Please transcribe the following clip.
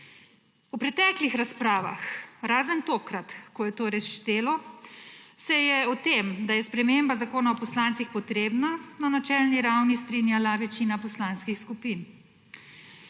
V preteklih razpravah, razen tokrat, ko je to res štelo, se je o tem, da je sprememba Zakona o poslancih potrebna, na načelni ravni strinjala večina poslanskih skupin.